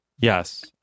yes